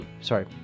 sorry